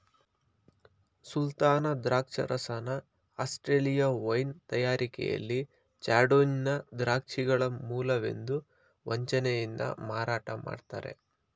ಸುಲ್ತಾನ ದ್ರಾಕ್ಷರಸನ Australia wine ತಯಾರಿಕೆಲಿ chardonnay ದ್ರಾಕ್ಷಿಗಳ ಮೂಲವೆಂದು ವಂಚನೆಯಿಂದ ಮಾರಾಟ ಮಾಡ್ತರೆ